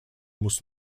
muss